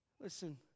Listen